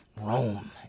Rome